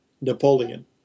Napoleon